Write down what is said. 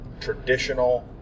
traditional